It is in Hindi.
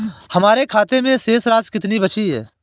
हमारे खाते में शेष राशि कितनी बची है?